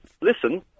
Listen